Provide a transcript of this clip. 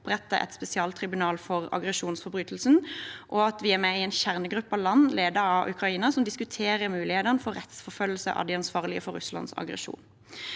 for å opprette et spesialtribunal for aggresjonsforbrytelsen, og at vi er med i en kjernegruppe av land ledet av Ukraina som diskuterer mulighetene for rettsforfølgelse av de ansvarlige for Russlands aggresjon.